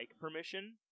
permission